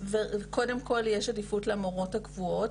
וקודם כל יש עדיפות למורות הקבועות,